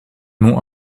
nom